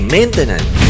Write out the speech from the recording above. Maintenance